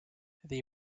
they